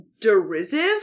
derisive